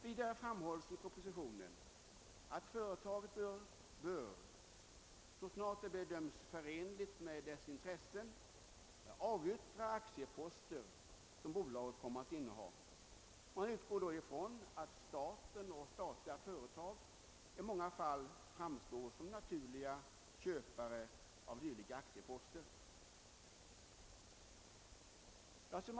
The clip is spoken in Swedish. Vidare framhålles i propositionen, att företaget bör, så snart det bedöms förenligt med dess intressen, avyttra aktieposter som bolaget kommer att inneha. Man utgår då från att staten och statliga företag i många fall framstår som naturliga köpare av dylika aktieposter.